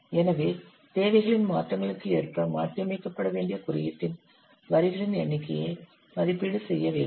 எனவே தேவைகளின் மாற்றங்களுக்கு ஏற்ப மாற்றியமைக்கப்பட வேண்டிய குறியீட்டின் வரிகளின் எண்ணிக்கையை மதிப்பீடு செய்ய வேண்டும்